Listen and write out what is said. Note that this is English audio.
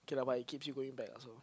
okay lah but it keeps you going back lah so